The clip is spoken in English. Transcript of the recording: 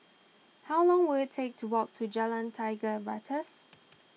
how long will it take to walk to Jalan Tiga Ratus